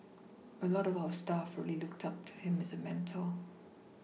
a lot of our staff really looked up to him as a Mentor